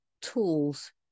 tools